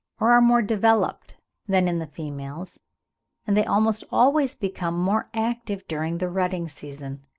or are more developed than in the females and they almost always become more active during the rutting-season.